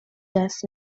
دست